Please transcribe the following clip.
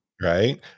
Right